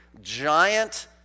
giant